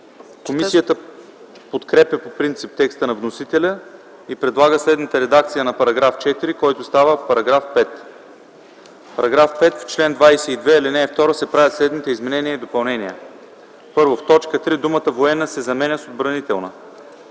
Комисията подкрепя по принцип текста на вносителя и предлага следната редакция на § 4, който става § 5: „§ 5. В чл. 22, ал. 2 се правят следните изменения и допълнения: 1. В т. 3 думата „военна” се заменя с „отбранителна”.